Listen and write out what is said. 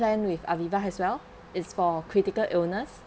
plan with AVIVA as well it's for critical illness